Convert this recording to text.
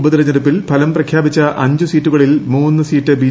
ഉപതെരഞ്ഞെടുപ്പിൽ ഫലം പ്രഖ്യാപിച്ച അഞ്ച് സീറ്റുകളിൽ മൂന്ന് സീറ്റ് ബി